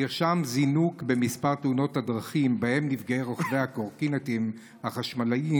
נרשם זינוק במספר תאונות הדרכים שבהן נפגעי רוכבי קורקינטים חשמליים